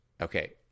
okay